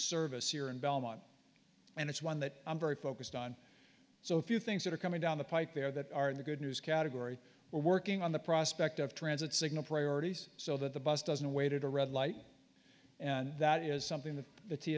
service here in belmont and it's one that i'm very focused on so a few things that are coming down the pike there that are in the good news category we're working on the prospect of transit signal priorities so that the bus doesn't awaited a red light and that is something t